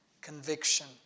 conviction